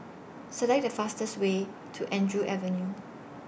Select The fastest Way to Andrew Avenue